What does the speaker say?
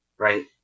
Right